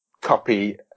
copy